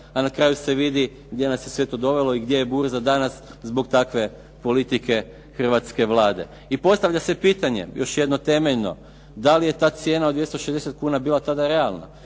a na kraju se vidi gdje nas je sve to dovelo i gdje je burza danas zbog takve politike hrvatske Vlade. I postavlja se pitanje još jedno temeljno, da li je ta cijena od 260 kn bila tada realna.